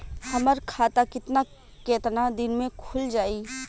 हमर खाता कितना केतना दिन में खुल जाई?